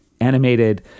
animated